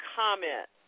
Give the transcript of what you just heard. comment